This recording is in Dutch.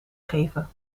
geven